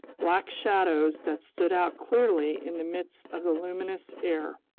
black shadows that stood out clearly in the midst of the luminous air.